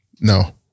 No